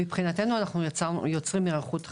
מבחינתנו אנחנו יוצרים היערכות אחרת,